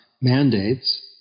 mandates